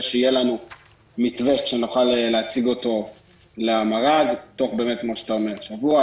שיהיה לנו מתווה שנוכל להציג אותו למר"ג תוך שבוע,